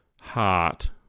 heart